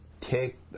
take